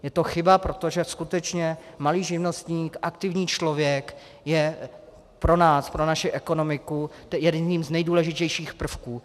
Je to chyba, protože skutečně malý živnostník, aktivní člověk je pro nás, pro naši ekonomiku jedním z nejdůležitějších prvků.